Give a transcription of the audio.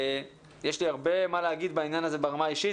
יש לי הרבה מה להגיד בעניין הזה ברמה האישית,